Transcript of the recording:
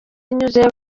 anyuze